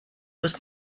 was